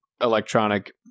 electronic